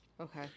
Okay